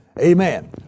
Amen